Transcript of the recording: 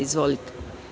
Izvolite.